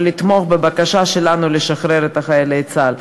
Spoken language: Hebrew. לתמוך בבקשה שלנו לשחרר את חיילי צה"ל.